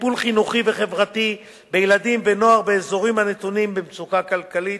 טיפול חינוכי וחברתי בילדים ונוער באזורים הנתונים במצוקה כלכלית,